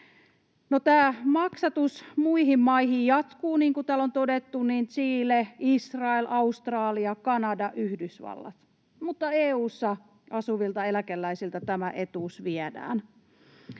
tämä maksatus muihin maihin jatkuu — niin kuin täällä on todettu: Chile, Israel, Australia, Kanada ja Yhdysvallat — mutta EU:ssa asuvilta eläkeläisiltä tämä etuus viedään.